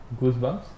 goosebumps